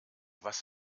was